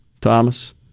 Thomas